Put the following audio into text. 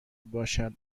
باشد